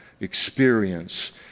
experience